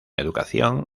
educación